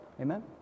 Amen